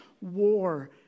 war